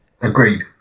Agreed